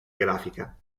grafica